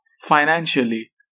financially